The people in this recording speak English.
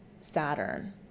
Saturn